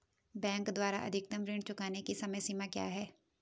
Bank द्वारा अधिकतम ऋण चुकाने की समय सीमा क्या है?